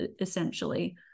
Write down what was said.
essentially